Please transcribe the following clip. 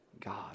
God